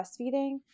breastfeeding